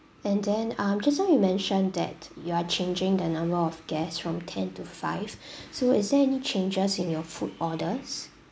and then um just now you mentioned that you are changing the number of guests from ten to five so is there any changes in your food orders